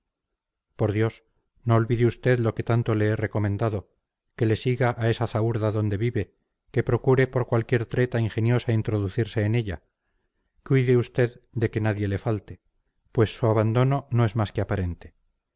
por dios no olvide usted lo que tanto le he recomendado que le siga a esa zahúrda donde vive que procure por cualquier treta ingeniosa introducirse en ella cuide usted de que nadie le falte pues su abandono no es más que aparente